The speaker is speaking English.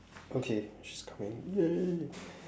okay she's coming !yay!